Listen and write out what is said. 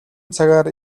цагаар